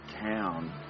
town